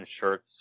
shirts